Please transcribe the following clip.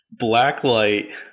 blacklight